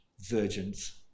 virgins